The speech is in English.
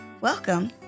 Welcome